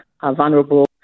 vulnerable